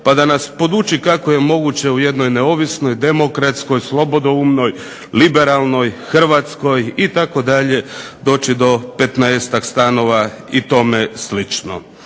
pa da nas poduči kako je moguće u jednoj neovisnoj, demokratskoj, slobodoumnoj, liberalnoj Hrvatskoj itd. doći do 15-ak stanova i tome slično